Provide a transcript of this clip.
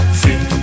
see